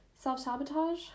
Self-sabotage